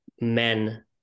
men